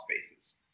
spaces